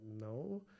no